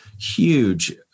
huge